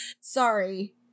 Sorry